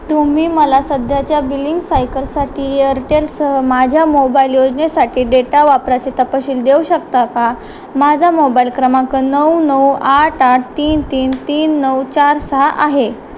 तुम्ही मला सध्याच्या बिलिंग सायकलसाठी एअरटेलसह माझ्या मोबाईल योजनेसाठी डेटा वापराचे तपशील देऊ शकता का माझा मोबाईल क्रमांक नऊ नऊ आठ आठ तीन तीन तीन नऊ चार सहा आहे